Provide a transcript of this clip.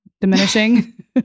diminishing